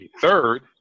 third